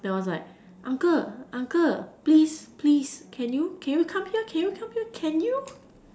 then I was like uncle uncle please please can you can you come here can you come here can you